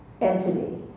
entity